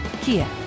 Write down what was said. Kia